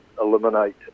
eliminate